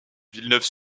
villeneuve